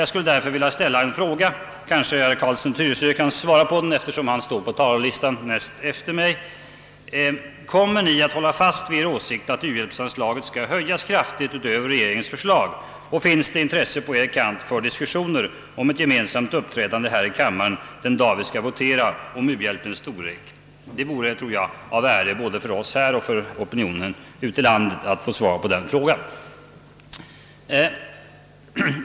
Jag skulle vilja ställa en fråga — herr Carlsson i Tyresö kanske kan svara på den, eftersom han står närmast på talarlistan — om ni kommer att hålla fast vid er åsikt att u-hjälpsanslaget bör höjas kraftigt utöver vad regeringen har föreslagit och om det finns intresse på er kant för diskussioner rörande ett gemensamt uppträdande här i kammaren den dag vi skall votera om u-hjälpens storlek. Jag tror det vore av värde både för oss och för opinionen ute i landet att vi fick ett svar på de frågorna.